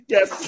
Yes